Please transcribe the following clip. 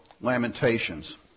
lamentations